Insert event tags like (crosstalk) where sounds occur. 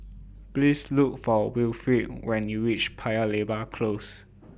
Please Look For Wilfrid when YOU REACH Paya Lebar Close (noise)